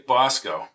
Bosco